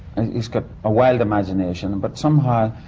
and he's got a wild imagination. but somehow,